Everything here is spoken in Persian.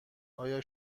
آیا